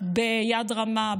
ביד רמה,